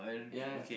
ya ya